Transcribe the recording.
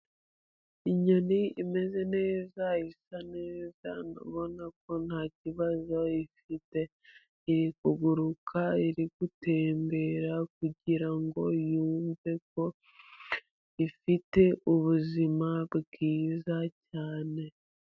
Inyoni imeze neza isa neza ubona ko ntakibazo ifite, iri kuguruka iri gutembera kugira ngo yumve ko ifite ubuzima bwiza cyane.